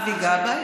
אבי גבאי,